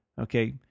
Okay